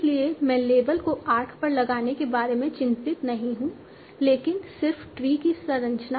इसलिए मैं लेबल को आर्क पर लगाने के बारे में चिंतित नहीं हूं लेकिन सिर्फ ट्री की संरचना